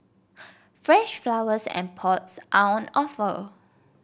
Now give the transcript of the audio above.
fresh flowers and pots are on offer